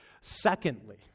Secondly